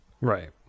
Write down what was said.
Right